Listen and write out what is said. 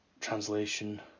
Translation